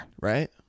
Right